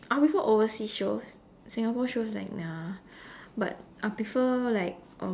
I prefer overseas shows Singapore shows like nah but I prefer like